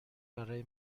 برای